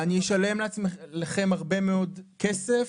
ואני אשלם לכם הרבה מאוד כסף.